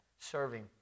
serving